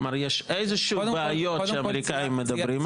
אמר שיש בעיות שהאמריקאים מדברים עליהן.